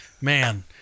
man